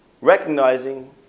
recognizing